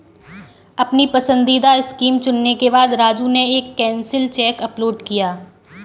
अपनी पसंदीदा स्कीम चुनने के बाद राजू ने एक कैंसिल चेक अपलोड किया